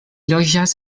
loĝas